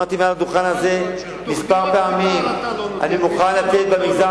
אמרתי מעל הדוכן הזה כמה פעמים: אני מוכן לתת במגזר